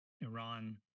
Iran